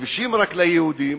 וכבישים רק ליהודים.